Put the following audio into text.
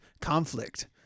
conflict